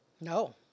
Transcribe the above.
No